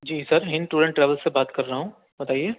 G sir Hind tour and travel سے بات کر رہا ہوں بتائیے